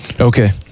okay